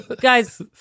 guys